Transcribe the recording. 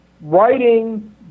writing